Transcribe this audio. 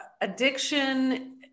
addiction